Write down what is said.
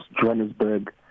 Johannesburg